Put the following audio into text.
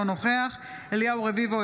אינו נוכח אליהו רביבו,